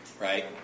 Right